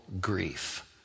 grief